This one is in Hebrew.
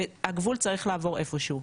והגבול צריך לעבור איפה שהוא,